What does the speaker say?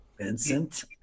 Vincent